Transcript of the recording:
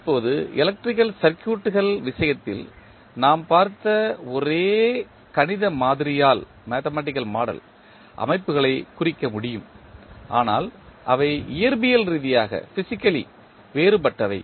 இப்போது எலக்ட்ரிக்கல் சர்க்யூட்கள் விஷயத்தில் நாம் பார்த்த ஒரே கணித மாதிரியால் அமைப்புகளைக் குறிக்க முடியும் ஆனால் அவை இயற்பியல் ரீதியாக வேறுபட்டவை